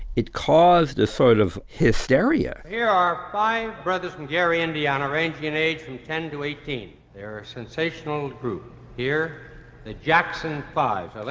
it caused a sort of hysteria here are five brothers from gary indiana ranging in age from ten to eighteen. there are a sensational group here the jackson five i